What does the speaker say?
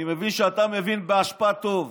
אני מבין שאתה מבין באשפה טוב.